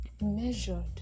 measured